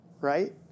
right